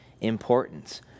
importance